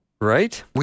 Right